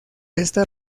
esta